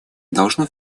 должно